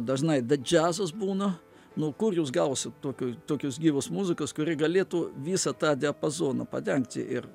dažnai džiazas būna nu kur jūs gausit tokio tokios gyvos muzikos kuri galėtų visą tą diapazoną padengti ir